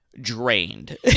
drained